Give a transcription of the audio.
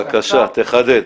בבקשה, תחדד.